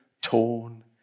torn